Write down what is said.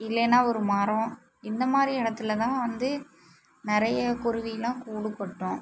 இல்லைன்னா ஒரு மரம் இந்த மாதிரி இடத்துலதான் வந்து நிறைய குருவிலாம் கூடு கட்டும்